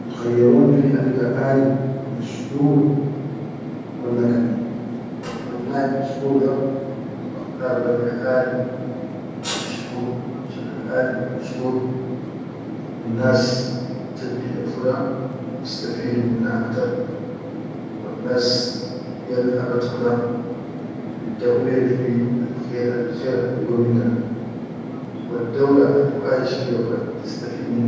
Kan khayyaroni fi alga aʼlim mashhur walla kan kannia mashhur da, bakhtar balga aʼlim mashhur finshan al aʼlim mashhur kan nas chat biʼerfuda bistafidu minna aktar wannas yal abat kula, biddaʼu leha fi al khair al- ligo minna da, wa daula al hu aʼish fiya tistafi.